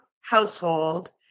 household